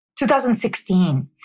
2016